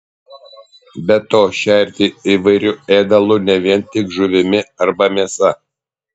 be to šerti įvairiu ėdalu ne vien tik žuvimi arba mėsa